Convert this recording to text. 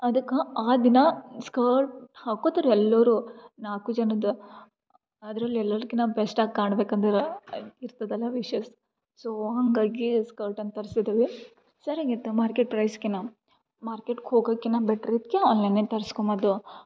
ಅದಕ್ಕೆ ಆ ದಿನ ಸ್ಕರ್ಟ್ ಹಾಕೋತಾರೆ ಎಲ್ಲರೂ ನಾಲ್ಕು ಜನದ ಅದ್ರಲ್ಲಿ ಎಲ್ಲರ್ಕಿನ್ನ ಬೆಸ್ಟ್ ಆಗಿ ಕಾಣ್ಬೇಕು ಅಂದರೆ ಇರ್ತದೆ ಅಲ್ಲ ವಿಷಸ್ ಸೋ ಹಂಗಾಗಿ ಸ್ಕರ್ಟನ್ನು ತರ್ಸಿದೀವಿ ಸರ್ಯಾಗಿ ಇತ್ತು ಮಾರ್ಕೆಟ್ ಪ್ರೈಸ್ಕಿನ್ನ ಮಾರ್ಕೆಟ್ಗೆ ಹೋಗೋಕಿನ್ನ ಬೆಟ್ರ್ ಇದಕ್ಕೆ ಆನ್ಲೈನಲ್ಲಿ ತರ್ಸ್ಕಳೋದು